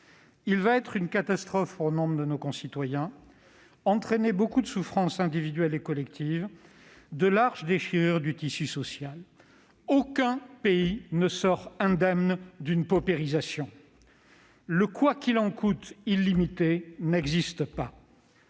Il va être une catastrophe pour nombre de nos concitoyens, entraîner beaucoup de souffrances individuelles et collectives et de larges déchirures du tissu social. Aucun pays ne sort indemne d'une paupérisation. Le « quoi qu'il en coûte » illimité n'existe pas.